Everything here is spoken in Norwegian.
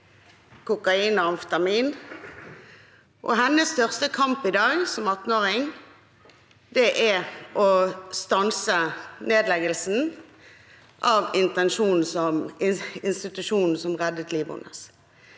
kokain og amfetamin. Hennes største kamp i dag, som 18-åring, er å stanse nedleggelsen av institusjonen som reddet livet hennes.